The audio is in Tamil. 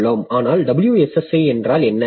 ஆனால் WSSi என்றால் என்ன